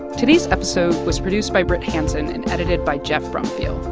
today's episode was produced by brit hanson and edited by geoff brumfiel.